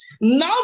now